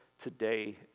today